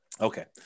Okay